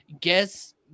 guess